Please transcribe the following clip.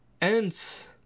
Ants